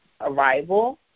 arrival